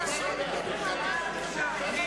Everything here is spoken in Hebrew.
חוק עבודת נשים (תיקון,